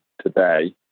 today